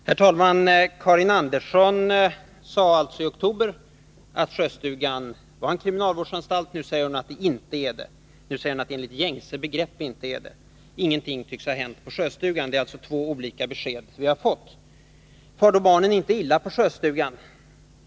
Herr talman! Karin Andersson sade i oktober att Sjöstugan var en kriminalvårdsanstalt. Nu säger hon att den enligt gängse begrepp inte är det. Men ingenting tycks ha hänt beträffande Sjöstugan. Det är alltså två olika besked som vi har fått. Far då barnen inte illa på Sjöstugan?